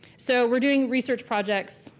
so we're doing research projects,